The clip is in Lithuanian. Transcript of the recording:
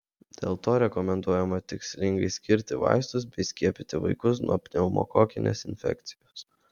dėl to rekomenduojama tikslingai skirti vaistus bei skiepyti vaikus nuo pneumokokinės infekcijos